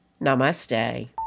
namaste